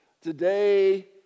Today